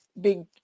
big